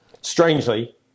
strangely